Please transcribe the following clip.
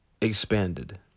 expanded